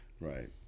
Right